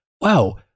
wow